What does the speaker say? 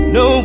no